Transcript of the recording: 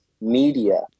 media